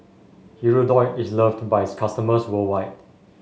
Hirudoid is loved by its customers worldwide